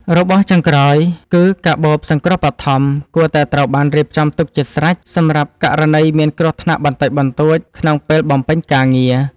របស់ចុងក្រោយ គឺកាបូបសង្គ្រោះបឋម គួរតែត្រូវបានរៀបចំទុកជាស្រេច សម្រាប់ករណីមានគ្រោះថ្នាក់បន្តិចបន្តួចក្នុងពេលបំពេញការងារ។